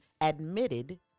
admitted